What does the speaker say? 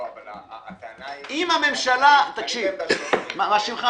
לא, אבל הטענה היא --- תקשיב, יותם.